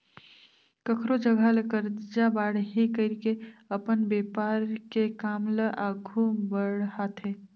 कखरो जघा ले करजा बाड़ही कइर के अपन बेपार के काम ल आघु बड़हाथे